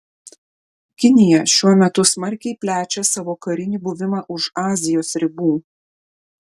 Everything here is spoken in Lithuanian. kinija šiuo metu smarkiai plečia savo karinį buvimą už azijos ribų